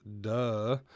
duh